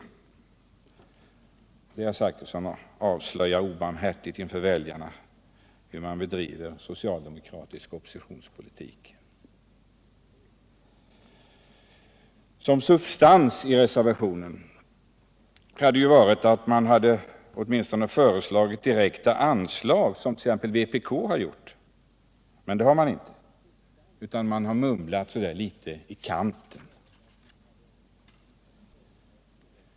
Detta, herr Zachrisson, avslöjar obarmhärtigt inför väljarna hur man bedriver socialdemokratisk oppositionspolitik. En substans i reservationen hade ju varit att åtminstone föreslå direkta anslag. Det hart.ex. vpk gjort här. Det gör däremot inte socialdemokraterna, utan man har mumlat så där litet i kanten.